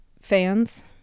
fans